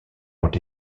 ont